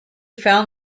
found